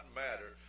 matter